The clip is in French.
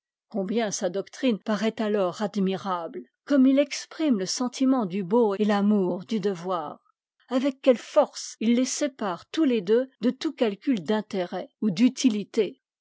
combien sa doctrine paraît alors admirable comme il exprime le sentiment du beau et l'amour du devoir avec quelle force il les sépare tous les deux de tout calcul d'intérêt ou d'utiiité